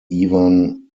iwan